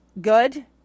good